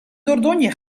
dordogne